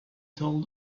told